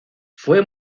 fue